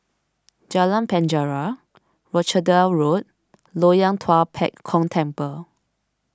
Jalan Penjara Rochdale Road Loyang Tua Pek Kong Temple